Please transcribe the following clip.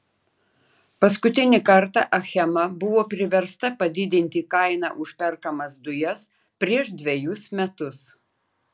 paskutinį kartą achema buvo priversta padidinti kainą už perkamas dujas prieš dvejus metus